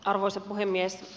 arvoisa puhemies